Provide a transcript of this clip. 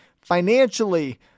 financially